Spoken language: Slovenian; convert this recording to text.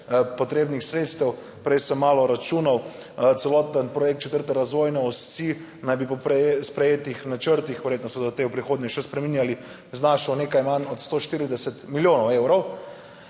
potrebnih sredstev. Prej sem malo računal. Celoten projekt četrte razvojne osi naj bi po sprejetih načrtih, verjetno se bodo ti v prihodnje še spreminjali, znašal nekaj manj od 140 milijonov evrov.